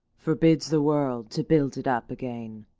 forbids the world to build it up again.